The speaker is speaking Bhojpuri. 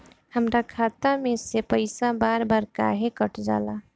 हमरा खाता में से पइसा बार बार काहे कट जाला?